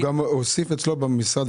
הוא גם הוסיף אצלו במשרד,